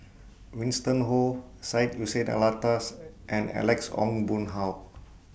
Winston Oh Syed Hussein Alatas and Alex Ong Boon Hau